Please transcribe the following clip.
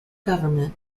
government